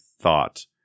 thought